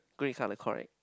grey color correct